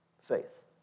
faith